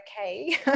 okay